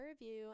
review